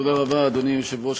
אדוני היושב-ראש,